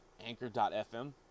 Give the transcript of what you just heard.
anchor.fm